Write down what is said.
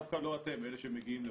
דווקא לא אתם, אלה שמגיעים לפה,